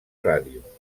ràdio